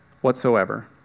whatsoever